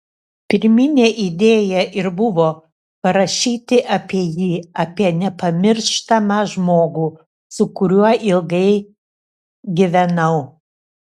pirminė idėja ir buvo parašyti apie jį apie nepamirštamą žmogų su kuriuo ilgai gyvenau